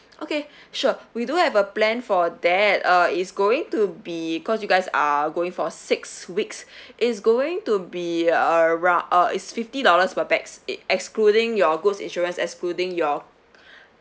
okay sure we do have a plan for that uh it's going to be cause you guys are going for six weeks it's going to be a rough uh it's fifty dollars per pax it excluding your goods insurance excluding your